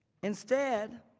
instead,